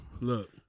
look